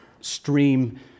stream